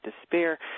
despair